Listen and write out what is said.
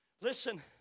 Listen